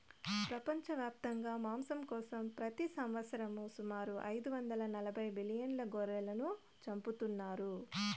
ప్రపంచవ్యాప్తంగా మాంసం కోసం ప్రతి సంవత్సరం సుమారు ఐదు వందల నలబై మిలియన్ల గొర్రెలను చంపుతున్నారు